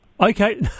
Okay